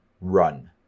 Run